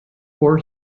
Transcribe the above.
four